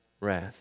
wrath